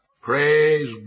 Praise